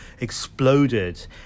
exploded